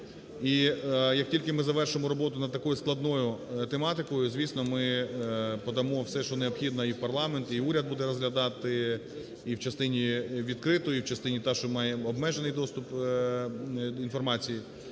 І як тільки ми завершимо роботу над такою складною тематикою, звісно, ми подамо все, що необхідно і в парламент, і уряд буде розглядати і в частині відкритої, і в частині та, що має обмежений доступ інформації.